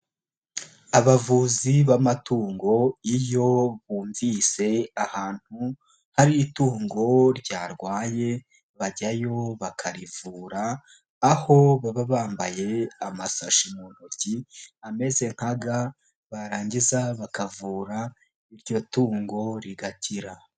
Abavuzi b'amatungo iyo bumvise ahantu hari itungo ryarwaye bajyayo bakarivura, aho baba bambaye amasashi mu ntoki ameze nka ga barangiza bakavura iryo tungo rigakira.